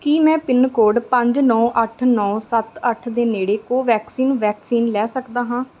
ਕੀ ਮੈਂ pin code ਪੰਜ ਨੌਂ ਅੱਠ ਨੌਂ ਸੱਤ ਅੱਠ ਦੇ ਨੇੜੇ ਕੋਵੈਕਸਿਨ ਵੈਕਸੀਨ ਲੈ ਸਕਦਾ ਹਾਂ